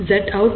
Zout50 1